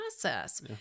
process